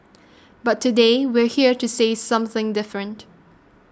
but today we're here to say something different